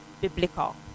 biblical